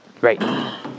Right